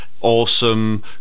awesome